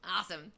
Awesome